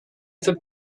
for